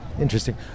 Interesting